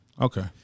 Okay